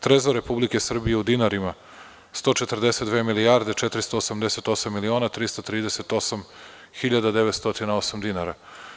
Trezor Republike Srbije u dinarima: 142 milijarde 488 miliona 338 hiljada 908 dinara.